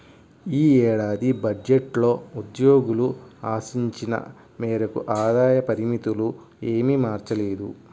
ఈ ఏడాది బడ్జెట్లో ఉద్యోగులు ఆశించిన మేరకు ఆదాయ పరిమితులు ఏమీ మార్చలేదు